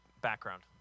background